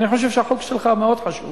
אני חושב שהחוק שלך הוא מאוד חשוב,